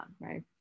right